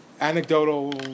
anecdotal